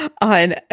on